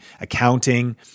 accounting